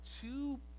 two